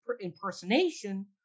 impersonation